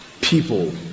people